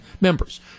members